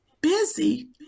busy